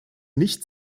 nicht